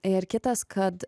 ir kitas kad